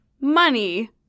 money